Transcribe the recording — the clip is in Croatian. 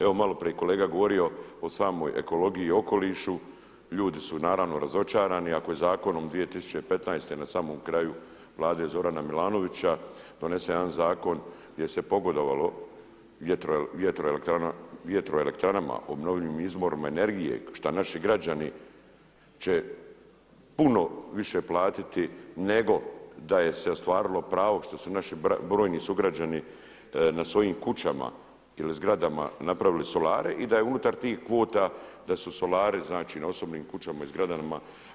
Evo maloprije je kolega govorio o samoj ekologiji i okolišu, ljudi su naravno razočarani, ako je Zakonom 2015. na samom kraju Vlade Zorana Milanovića donesen jedan zakon gdje se pogodovalo vjetroelektranama, obnovljivim izvorima energije šta naši građani će puno više platiti nego da se je ostvarilo pravo što su naši brojni sugrađani na svojim kućama ili zgradama napravili solare i da je unutar tih kvota, da su solari znači na osobnim kućama i zgradama.